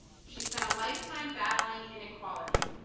she spent a lifetime battling inequality.